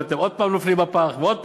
ואתם עוד פעם נופלים בפח ועוד פעם?